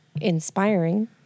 inspiring